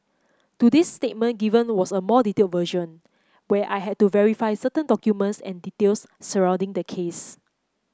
today's statement given was a more detailed version where I had to verify certain documents and details surrounding the case